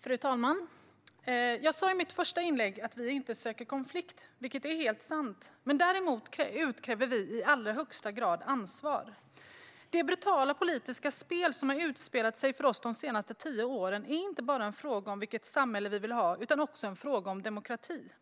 Fru talman! Jag sa i mitt första inlägg att vi inte söker konflikt, vilket är helt sant. Däremot utkräver vi i alla högsta grad ansvar. Det brutala politiska spel som har utspelat sig för oss de senaste tio åren är inte bara en fråga om vilket samhälle vi vill ha utan också en fråga om demokrati.